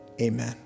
amen